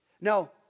No